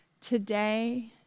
today